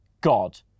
God